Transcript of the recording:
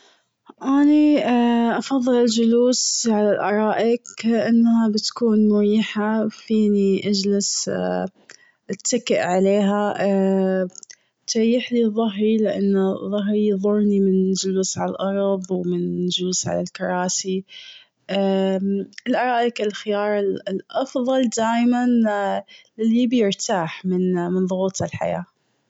أني أفضل الجلوس على الآرائك لأنها بتكون مريحة. فيني اجلس اتكئ عليها تريح لي ظهي. لأنه ظهري يضرني من الجلوس عالأرض و من الجلوس عالكراسي. الآرائك الخيار الأفضل دايما للي يبي يرتاح من من ضغوط الحياة.